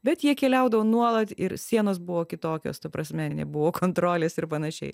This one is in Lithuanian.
bet jie keliaudavo nuolat ir sienos buvo kitokios ta prasme nebuvo kontrolės ir panašiai